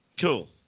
Cool